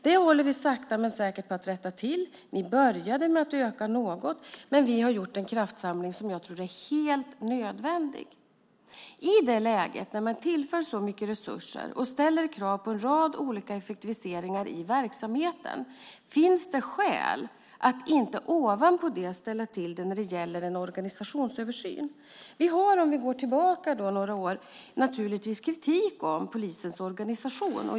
Det håller vi sakta men säkert på att rätta till. Ni började med att öka något, men vi har gjort en kraftsamling som jag tror är helt nödvändig. I det läget, när man tillför så mycket resurser och ställer krav på en rad olika effektiviseringar i verksamheten, finns det skäl att inte ovanpå det ställa till det när det gäller en organisationsöversyn. Det finns, om vi går tillbaka några år, kritik mot polisens organisation.